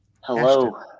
hello